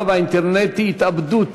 האינטרנטי, התאבדות